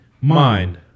mind